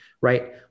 Right